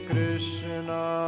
Krishna